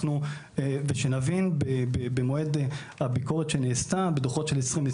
שנבין, במועד הביקורת שנעשתה, בדוחות של 2020,